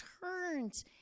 turns